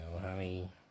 honey